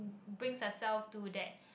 brings herself to that